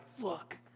look